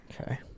Okay